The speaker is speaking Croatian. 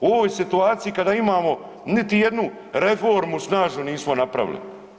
U ovoj situaciji kada imamo niti jednu reformu snažnu nismo napravili.